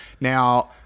Now